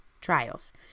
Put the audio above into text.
trials